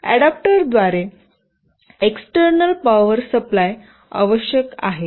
adopter द्वारे external power supply आवश्यक आहे